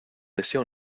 desea